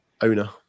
owner